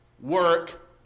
work